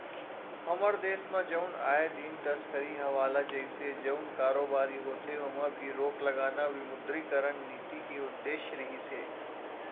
हमर देस म जउन आए दिन तस्करी हवाला जइसे जउन कारोबारी होथे ओमा भी रोक लगाना विमुद्रीकरन नीति के उद्देश्य रिहिस हे